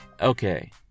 Okay